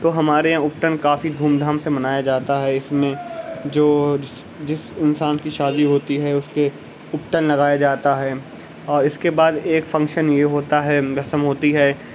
تو ہمارے یہاں اپٹن کافی دھوم دھام سے منایا جاتا ہے اس میں جو وہ جس انسان کی شادی ہوتی ہے اس کے اپٹن لگایا جاتا ہے اور اس کے بعد ایک فنکشن یہ ہوتا ہے رسم ہوتی ہے